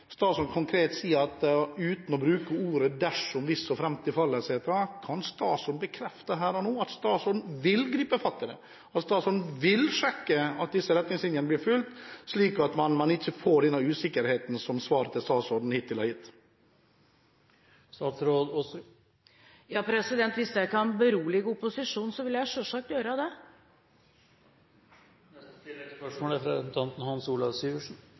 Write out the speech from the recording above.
statsråden bekrefte her nå – uten å bruke ordene «dersom», «hvis», «såframt», « i fall» etc. – at hun vil gripe fatt i det, og at hun vil sjekke at disse retningslinjene blir fulgt, slik at man ikke får denne usikkerheten som svaret til statsråden hittil har gitt? Ja, hvis det kan berolige opposisjonen, vil jeg selvsagt gjøre det. Hans Olav Syversen – til oppfølgingsspørsmål. Jeg håper statsrådens fokus ikke er